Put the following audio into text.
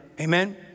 Amen